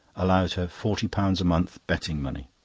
allowed her forty pounds a month betting money.